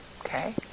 Okay